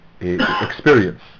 experience